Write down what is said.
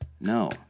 No